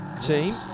team